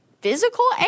physical